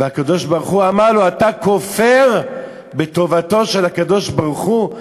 והקדוש-ברוך-הוא אמר לו: אתה כופר בטובתו של הקדוש-ברוך-הוא?